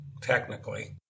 technically